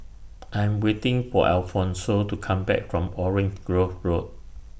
I'm waiting For Alfonso to Come Back from Orange Grove Road